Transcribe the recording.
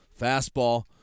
fastball